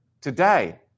Today